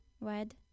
red